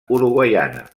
uruguaiana